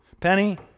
Penny